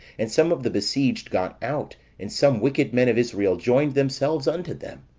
and some of the besieged got out and some wicked men of israel joined themselves unto them.